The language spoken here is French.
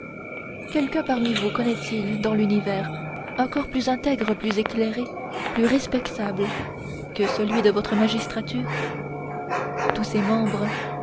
quelqu'un parmi vous connaît-il dans l'univers un corps plus intègre plus éclairé plus respectable que celui de votre magistrature tous ses membres